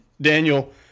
Daniel